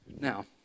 Now